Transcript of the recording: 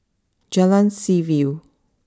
Jalan Seaview